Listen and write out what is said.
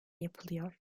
yapılıyor